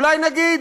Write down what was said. אולי נגיד,